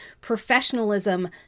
professionalism